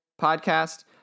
podcast